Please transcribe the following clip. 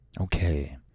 Okay